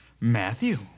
Matthew